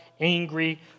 angry